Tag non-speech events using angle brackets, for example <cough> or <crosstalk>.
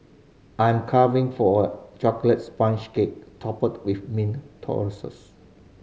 I am carving for a chocolate sponge cake topped with mint <unintelligible>